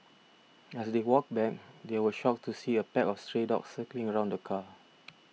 as they walked back they were shocked to see a pack of stray dogs circling around the car